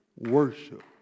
Worship